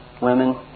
women